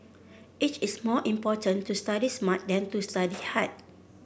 it is more important to study smart than to study hard